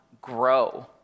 grow